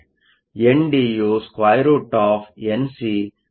N ಡಿಯು√NcND2 ಆಗಿದೆ